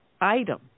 item